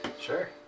Sure